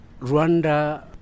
Rwanda